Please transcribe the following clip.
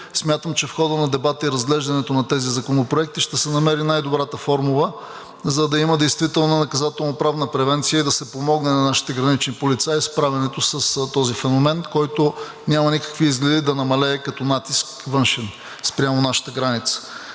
Смятам, че в хода на дебата и разглеждането на тези законопроекти ще се намери най-добрата формула, за да има действително наказателноправна превенция и да се помогне на нашите гранични полицаи със справянето с този феномен, който няма никакви изгледи да намалее като външен натиск спрямо нашата граница.